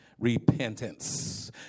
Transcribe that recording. repentance